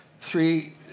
three